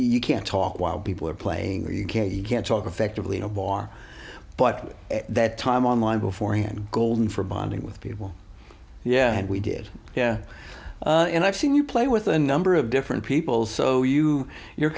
you can't talk while people are playing or you can't you can't talk affectively in a bar but that time online beforehand golden for bonding with people yeah and we did yeah and i've seen you play with a number of different people so you you're